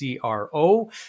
CRO